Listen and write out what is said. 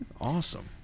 Awesome